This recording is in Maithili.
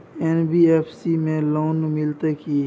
एन.बी.एफ.सी में लोन मिलते की?